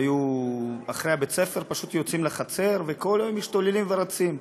היו אחרי בית-הספר פשוט יוצאים לחצר וכל היום משתוללים ורצים.